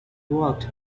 walked